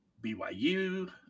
BYU